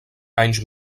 anys